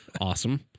Awesome